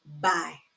bye